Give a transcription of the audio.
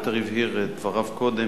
אלא יותר הבהיר את דבריו קודם.